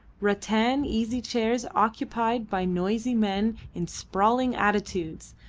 rattan easy-chairs occupied by noisy men in sprawling attitudes,